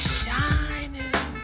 shining